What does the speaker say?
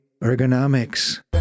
ergonomics